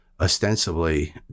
ostensibly